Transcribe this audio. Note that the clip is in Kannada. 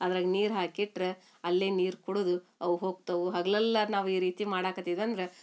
ಅದ್ರಾಗ ನೀರು ಹಾಕಿಟ್ರೆ ಅಲ್ಲೇ ನೀರು ಕುಡುದು ಅವ ಹೋಗ್ತವು ಹಗ್ಲಲ್ಲಾರು ನಾವು ಈ ರೀತಿ ಮಾಡಕತ್ತಿದ್ವಂದ್ರೆ